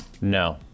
No